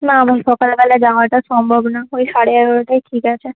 না ভাই সকালবেলা যাওয়াটা সম্ভব না ওই সাড়ে এগারোটাই ঠিক আছে